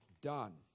done